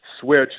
switch